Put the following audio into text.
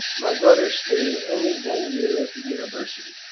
my brother stayed only one year at the university,